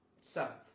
Seventh